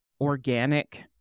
organic